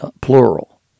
plural